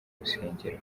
rusengero